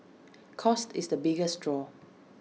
cost is the biggest draw